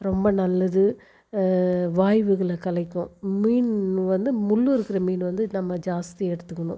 ரொம்ப நல்லது வாய்வுகளை கலைக்கும் மீன் வந்து முள்ளு இருக்குகிற மீன் வந்து நம்ம ஜாஸ்தி எடுத்துக்கணும்